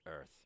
earth